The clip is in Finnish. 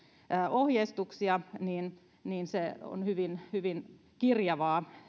ohjeistuksia se käytäntö on hyvin hyvin kirjavaa